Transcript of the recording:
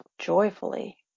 joyfully